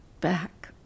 back